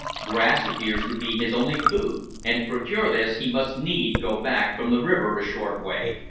grass appears to be his only food, and to procure this he must needs go back from the river a short way,